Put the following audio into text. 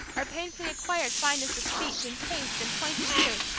or painfully acquired fineness of speech, and taste and point of view,